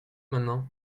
maintenant